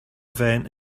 vent